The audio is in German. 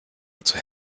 dazu